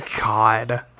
God